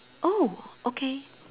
oh okay